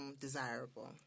desirable